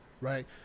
right